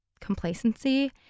complacency